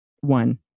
one